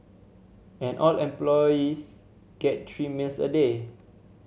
and all employees get three meals a day